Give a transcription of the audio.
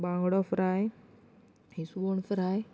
बांगडो फ्राय इसवण फ्राय